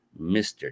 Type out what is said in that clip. Mr